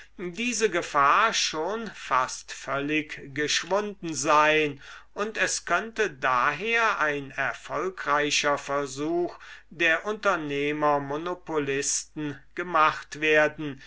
diese gefahr schon fast völlig geschwunden sein und es könnte daher ein erfolgreicher versuch der unternehmermonopolisten gemacht werden